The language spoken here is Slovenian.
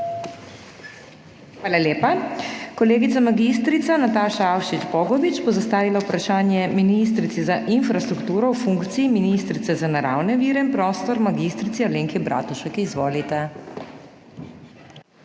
Hvala lepa. Kolegica mag. Nataša Avšič Bogovič bo zastavila vprašanje ministrici za infrastrukturo v funkciji ministrice za naravne vire in prostor mag. Alenki Bratušek. Izvolite.